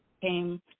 came